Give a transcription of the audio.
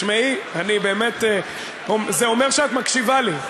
תשמעי, אני באמת, זה אומר שאת מקשיבה לי.